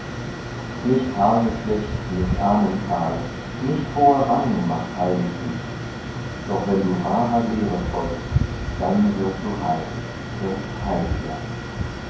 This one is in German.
nicht haargeflecht nicht ahnenzahl nicht hoher rang macht heilig dich doch wenn du wahrer lehre folgst dann wirst du rein wirst heiliger